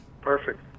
Perfect